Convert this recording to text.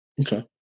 Okay